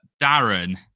Darren